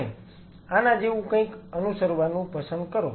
અને આના જેવું કંઈક અનુસરવાનું પસંદ કરો